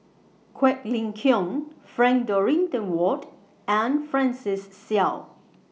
Quek Ling Kiong Frank Dorrington Ward and Francis Seow